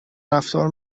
رفتار